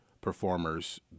performers